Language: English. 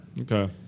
Okay